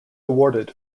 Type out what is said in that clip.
awarded